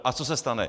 A co se stane?